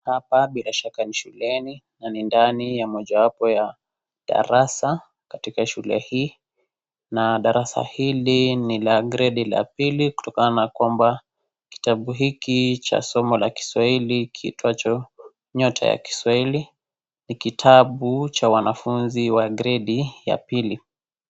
Hapa bila shaka ni shuleni na ni ndani ya mojawapo ya darasa katika shule hii, na darasa hili ni la gredi la pili kutokana na kwamba kitabu hiki cha somo la Kiswahili kiitwacho nyota ya Kiswahili ni kitabu cha wanafunzi wa gredi ya pili.